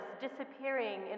disappearing